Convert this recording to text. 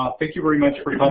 ah thank you very much for